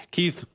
Keith